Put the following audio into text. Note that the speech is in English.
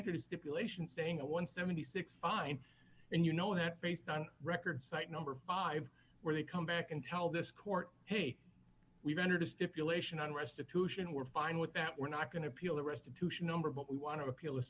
answered stipulation saying that one hundred and seventy six fine and you know that based on records cite number five where they come back and tell this court hey we've entered a stipulation on restitution we're fine with that we're not going to appeal the restitution number but we want to appeal